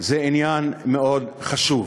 זה עניין מאוד חשוב.